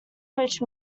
which